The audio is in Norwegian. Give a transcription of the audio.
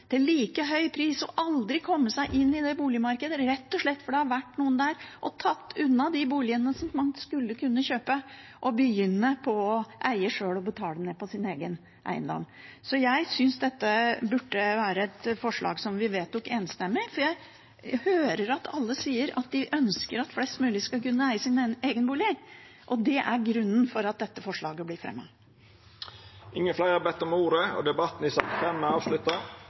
til like høy pris og aldri komme seg inn i boligmarkedet, rett og slett fordi det har vært noen der og tatt unna de boligene man skulle kunne kjøpe, begynne å eie sjøl og betale ned på sin egen eiendom. Jeg synes dette burde være et forslag vi vedtok enstemmig, for jeg hører alle sier at de ønsker at flest mulig skal kunne eie sin egen bolig. Det er grunnen til at dette forslaget blir fremmet. Fleire har ikkje bedt om ordet til sak nr. 5. Etter ynske frå kommunal- og forvaltingskomiteen vil presidenten ordna debatten